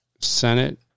Senate